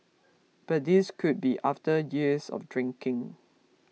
but this could be after years of drinking